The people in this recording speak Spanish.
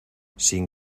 sin